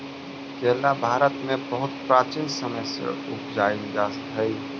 केला भारत में बहुत प्राचीन समय से उपजाईल जा हई